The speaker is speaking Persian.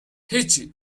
هیچی